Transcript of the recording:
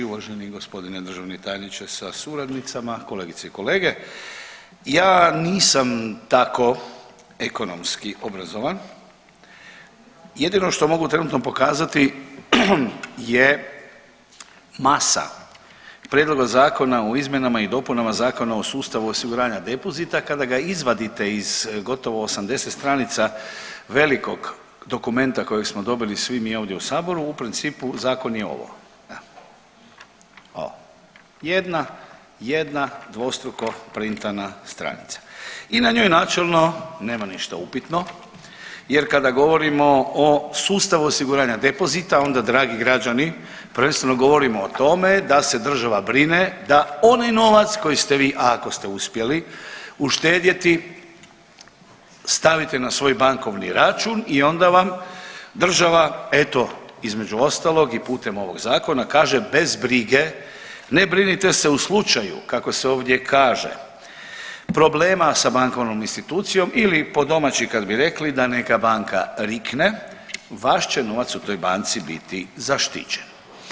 Uvaženi gospodine državni tajniče sa suradnicama, kolegice i kolege, ja nisam tako ekonomski obrazovan, jedino što mogu trenutno pokazati je masa Prijedloga Zakona o izmjenama i dopunama Zakona o sustavu osiguranja depozita kada ga izvadite iz gotovo 80 stranica velikog dokumenta kojeg smo dobili svi mi ovdje u saboru u principu zakon je ovo, evo, hvala, jedna, jedna dvostruko printana stranica i na njoj načelno nema ništa upitno jer kada govorimo o sustavu osiguranja depozita onda dragi građani prvenstveno govorimo o tome da se država brine da onaj novac koji ste vi, a ako ste uspjeli uštedjeti stavite na svoj bankovni račun i onda vam država eto između ostalog i putem ovog zakona kaže bez brige, ne brinite se u slučaju kako se ovdje kaže problema sa bankovnom institucijom ili po domaći kad bi rekli da neka banka rikne vaš će novac u toj banci biti zaštićen.